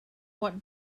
what